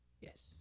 Yes